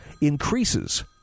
increases